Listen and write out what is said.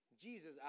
Jesus